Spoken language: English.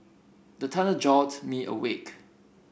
the thunder jolt me awake